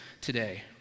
today